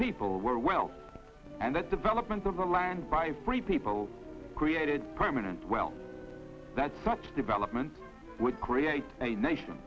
people were well and that development of the land by free people created permanent well that such development would create a nation